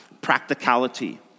practicality